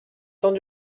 temps